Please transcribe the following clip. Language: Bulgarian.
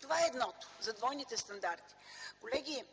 Това е едното – за двойните стандарти. Колеги,